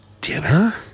dinner